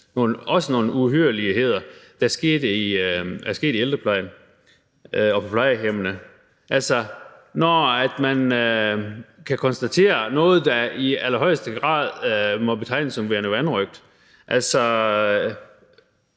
til nogle uhyrligheder, der er sket i ældreplejen og på plejehjemmene. Når man kan konstatere noget, der i allerhøjeste grad må betegnes som værende vanrøgt,